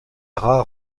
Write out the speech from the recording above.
rares